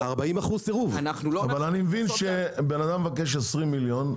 אדם מבקש 20 מיליון,